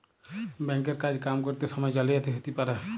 bank এর কাজ কাম ক্যরত সময়ে জালিয়াতি হ্যতে পারে